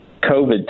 COVID